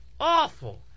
Awful